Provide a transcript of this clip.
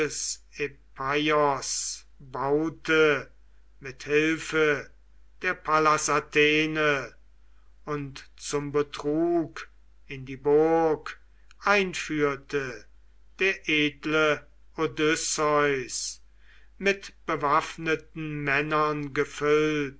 baute mit hilfe der pallas athene und zum betrug in die burg einführte der edle odysseus mit bewaffneten männern gefüllt